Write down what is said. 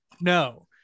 No